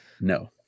no